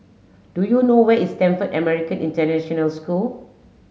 do you know where is Stamford American International School